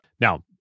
Now